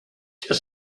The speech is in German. der